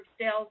sales